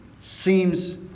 seems